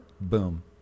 boom